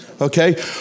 Okay